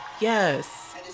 yes